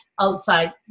outside